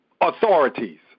authorities